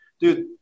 dude